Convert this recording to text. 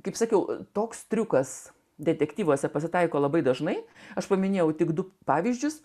kaip sakiau toks triukas detektyvuose pasitaiko labai dažnai aš paminėjau tik du pavyzdžius